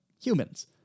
humans